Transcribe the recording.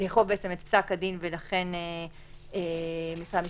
לאכוף את פסק הדין ולכן משרד המשפטים,